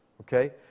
Okay